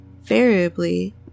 variably